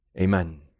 Amen